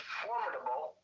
formidable